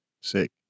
Sick